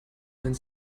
sein